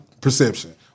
perception